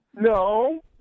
no